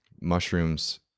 mushrooms